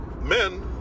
men